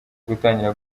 gutangira